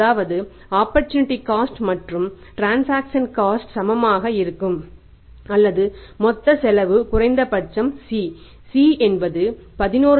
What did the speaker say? அதாவதுஆப்பர்சூனிட்டி cost சமமாக இருக்கும் அல்லது மொத்த செலவு குறைந்தபட்சம் C